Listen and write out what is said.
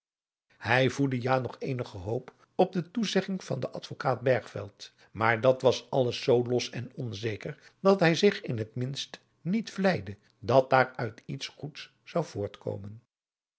hij voedde ja nog eenige hoop op de toezegging van den advokaat bergveld maar dat was adriaan loosjes pzn het leven van johannes wouter blommesteyn alles zoo los en onzeker dat hij zich in het minst niet vleide dat daar uit iets goeds zou voortkomen